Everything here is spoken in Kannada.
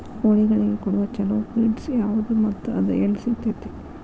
ಕೋಳಿಗಳಿಗೆ ಕೊಡುವ ಛಲೋ ಪಿಡ್ಸ್ ಯಾವದ ಮತ್ತ ಅದ ಎಲ್ಲಿ ಸಿಗತೇತಿ?